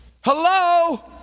Hello